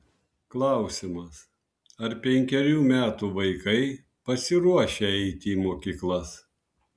klausimas ar penkerių metų vaikai pasiruošę eiti į mokyklas